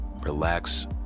relax